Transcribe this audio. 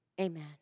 Amen